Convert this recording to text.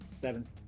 Seven